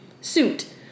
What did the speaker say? suit